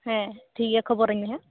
ᱦᱮᱸ ᱴᱷᱤᱠ ᱜᱮᱭᱟ ᱠᱷᱚᱵᱚᱨᱟᱹᱧ ᱢᱮ ᱦᱟᱸᱜ